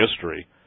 history